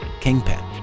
Kingpin